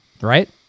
right